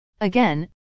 Again